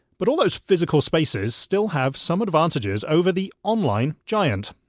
but all those physical spaces still have some advantages over the online giant.